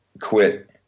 quit